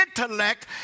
intellect